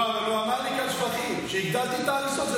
הוא אמר לי כאן שבחים, שהגדלתי את ההריסות.